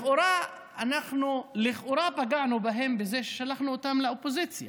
לכאורה אנחנו פגענו בהם בזה ששלחנו אותם לאופוזיציה,